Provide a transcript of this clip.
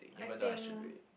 even though I should do it